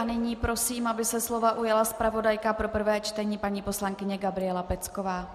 Nyní prosím, aby se slova ujala zpravodajka pro prvé čtení paní poslankyně Gabriela Pecková.